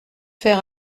faire